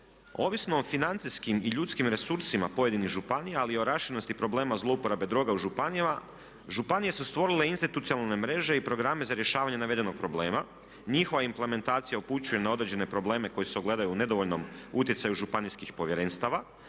Ovisno o financijskim i ljudskim resursima pojedinih županija ali i o raširenosti problema zlouporabe droga u županijama, županije su stvorile institucionalne mreže i programe za rješavanje navedenog problema, njihova implementacija upućuje na određene probleme koji se ogledaju u nedovoljnom utjecaju županijskih povjerenstava